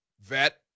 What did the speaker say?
vet